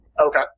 Okay